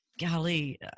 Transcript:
golly